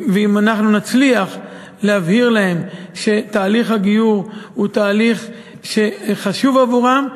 אם אנחנו נצליח להבהיר להם שתהליך הגיור הוא תהליך שחשוב עבורם,